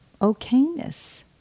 okayness